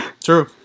True